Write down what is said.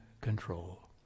control